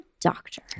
doctor